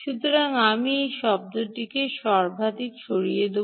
সুতরাং আমি এই শব্দটি সর্বাধিক সরিয়ে দেব